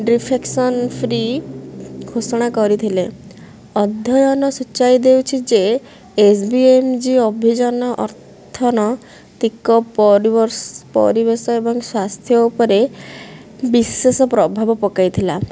defecation free ଘୋଷଣା କରିଥିଲେ ଅଧ୍ୟୟନ ସୂଚାଇ ଦେଉଛି ଯେ ଏସ୍ ବି ଏମ୍ ଜି ଅଭିଯାନ ଅର୍ଥନିକ ପରିବେଶ ଏବଂ ସ୍ୱାସ୍ଥ୍ୟ ଉପରେ ବିଶେଷ ପ୍ରଭାବ ପକାଇଥିଲା